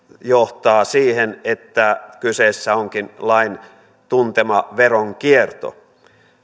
johtaa siihen että kyseessä onkin lain tuntema veronkierto